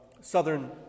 southern